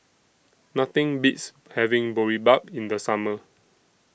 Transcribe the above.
Nothing Beats having Boribap in The Summer